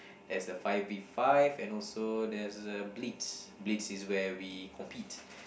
there's a five V five and also there's uh bleeds blades is where we compete